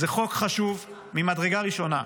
זה חוק חשוב ממדרגה ראשונה,